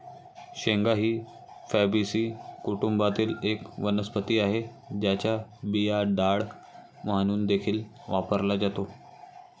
शेंगा ही फॅबीसी कुटुंबातील एक वनस्पती आहे, ज्याचा बिया डाळ म्हणून देखील वापरला जातो